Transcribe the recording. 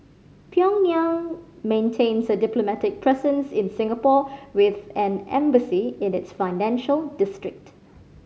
Pyongyang maintains a diplomatic presence in Singapore with an embassy in its financial district